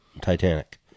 Titanic